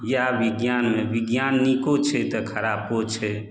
इएह विज्ञानमे विज्ञान नीको छै तऽ खरापो छै